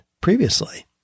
previously